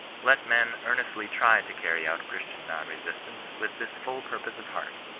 let men earnestly try to carry out christian non-resistance with this full purpose of heart,